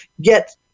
get